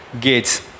gates